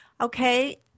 Okay